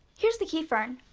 here's the key fern.